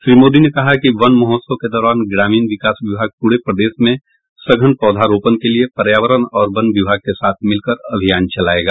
श्री मोदी ने कहा कि वन महोत्सव के दौरान ग्रामीण विकास विभाग पूरे प्रदेश में सघन पौधा रोपन के लिये पर्यावरण और वन विभाग के साथ मिलकर अभियान चलायेगा